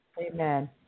Amen